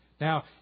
Now